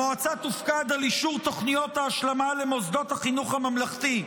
המועצה תופקד על אישור תוכניות ההשלמה למוסדות החינוך הממלכתי,